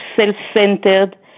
self-centered